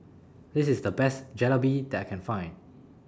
This IS The Best Jalebi that I Can Find